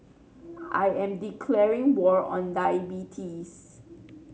I am declaring war on diabetes